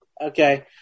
Okay